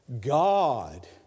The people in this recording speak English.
God